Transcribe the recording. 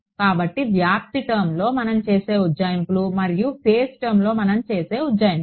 కాబట్టి వ్యాప్తి టర్మ్లో మనం చేసే ఉజ్జాయింపులు మరియు ఫేజ్ టర్మ్లో మనం చేసే ఉజ్జాయింపులు